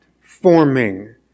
forming